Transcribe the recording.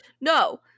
No